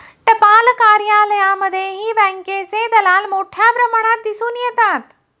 टपाल कार्यालयांमध्येही बँकेचे दलाल मोठ्या प्रमाणात दिसून येतात